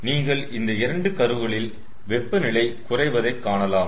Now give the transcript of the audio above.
நீங்கள் இந்த இரண்டு கர்வ்களில் வெப்பநிலை குறைவதை காணலாம்